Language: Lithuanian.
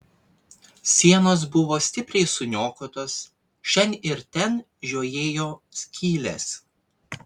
sienos buvo stipriai suniokotos šen ir ten žiojėjo skylės